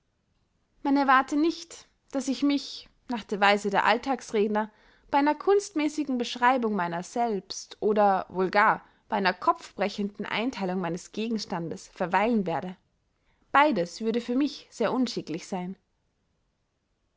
man erwarte nicht daß ich mich nach der weise der alletagsredner bey einer kunstmäßigen beschreibung meiner selbst oder wohl gar bey einer kopfbrechenden eintheilung meines gegenstandes verweilen werde beydes würde für mich sehr unschicklich seyn